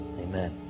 Amen